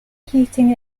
heating